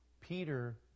Peter